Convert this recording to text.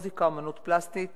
המוזיקה והאמנות פלסטית.